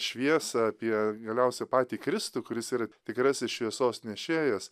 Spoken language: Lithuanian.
šviesą apie galiausia patį kristų kuris ir tikrasis šviesos nešėjas